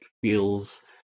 feels